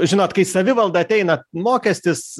žinot kai į savivaldą ateina mokestis